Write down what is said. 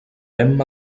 emma